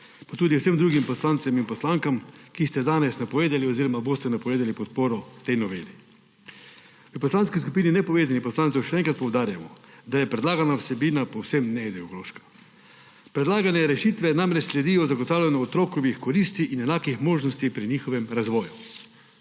pa tudi vsem drugim poslancem in poslankam, ki ste danes napovedali oziroma boste napovedali podporo tej noveli. V Poslanski skupini nepovezanih poslancev še enkrat poudarjamo, da je predlagana vsebina povsem neideološka. Predlagane rešitve namreč sledijo zagotavljanju otrokovih koristi in enakih možnosti pri njihovem razvoju.